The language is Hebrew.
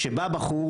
בא בחור,